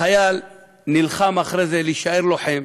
החייל נלחם אחרי זה להישאר לוחם.